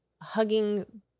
hugging